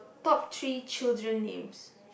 top three children names